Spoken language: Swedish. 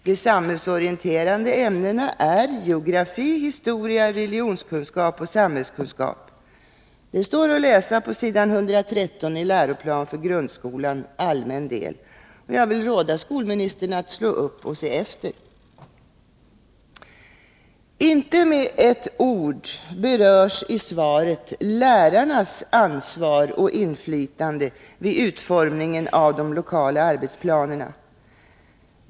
De samhällsorienterande ämnena är geografi, historia, religionskunskap och samhällskunskap.” Det här står att läsa på s. 113 i Läroplan för grundskolan, Allmän del. Jag vill råda skolministern att slå upp och se efter! Inte med ett ord berörs i svaret lärarnas ansvar och inflytande vid utformningen av de lokala arbetsplanerna.